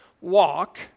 walk